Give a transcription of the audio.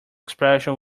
expression